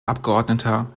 abgeordneter